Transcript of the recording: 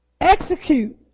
execute